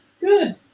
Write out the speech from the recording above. Good